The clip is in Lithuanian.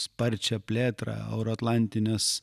sparčią plėtrą euroatlantines